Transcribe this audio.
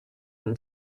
than